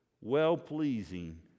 well-pleasing